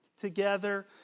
together